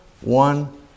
one